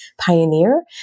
pioneer